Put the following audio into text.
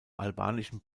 albanischen